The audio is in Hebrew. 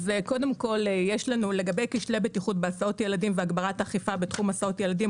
קודם כל לגבי כשלי בטיחות בהסעות ילדים והגברת אכיפה בתחום הסעות ילדים,